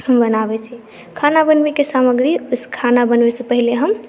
हम बनाबै छी खाना बनबै के सामग्री खाना बनबै सॅं पहिले हम